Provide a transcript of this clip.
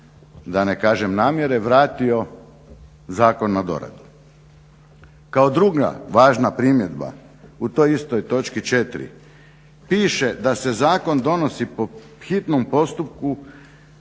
da ne kažem namjere vratio zakon na doradu. Kao druga važna primjena u toj istoj točki 4. Piše da se zakon donosi po hitnom postupku